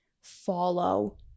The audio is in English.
follow